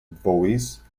voice